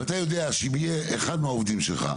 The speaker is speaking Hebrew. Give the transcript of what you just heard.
ואתה יודע שאם אחד מהעובדים שלך,